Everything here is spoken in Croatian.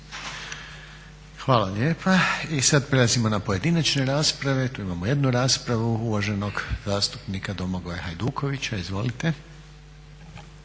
Hvala lijepa. I sad prelazimo na pojedinačne rasprave. Tu imamo jednu raspravu uvaženog zastupnika Domagoja Hajdukovića. Izvolite.